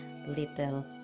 little